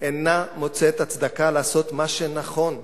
אינה מוצאת הצדקה לעשות מה שנכון,